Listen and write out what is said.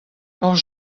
hor